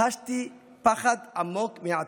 חשתי פחד עמוק מהעתיד,